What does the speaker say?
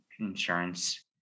insurance